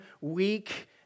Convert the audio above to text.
weak